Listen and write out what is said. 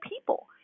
people